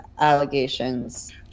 allegations